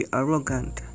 arrogant